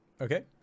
Okay